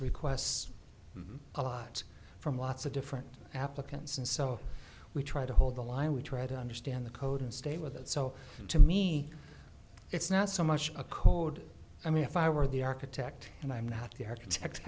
requests a lot from lots of different applicants and so we try to hold the line we try to understand the code and stay with it so to me it's not so much a code i mean if i were the architect and i'm not the architect